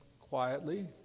quietly